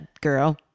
girl